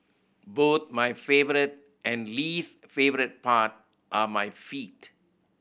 both my favourite and least favourite part are my feet